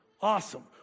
awesome